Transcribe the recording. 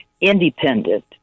independent